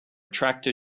tractor